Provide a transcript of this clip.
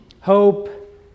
hope